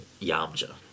Yamcha